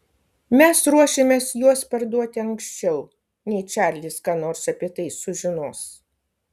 mes ruošiamės juos parduoti anksčiau nei čarlis ką nors apie tai sužinos